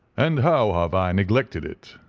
and how have i neglected it?